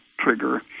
trigger